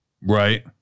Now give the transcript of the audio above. Right